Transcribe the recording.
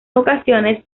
ocasiones